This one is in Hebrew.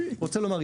רוצה לומר,